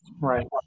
Right